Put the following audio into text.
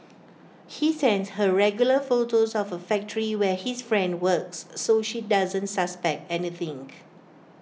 he sends her regular photos of A factory where his friend works so she doesn't suspect any think